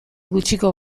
gutxiko